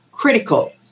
critical